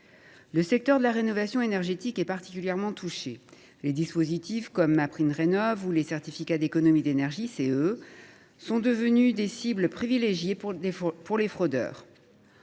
Le secteur de la rénovation énergétique est particulièrement touché. Les dispositifs comme MaPrimeRénov’ ou les certificats d’économies d’énergie sont devenus des cibles privilégiées pour les fraudeurs.